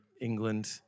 England